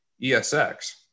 ESX